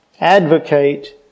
advocate